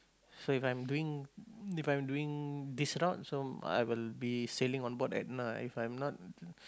so if I'm doing if I'm doing this route so I will be sailing on board Edna if I'm not